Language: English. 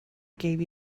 gave